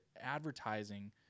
advertising